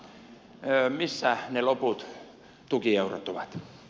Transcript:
missä ne loput tukieurot ovat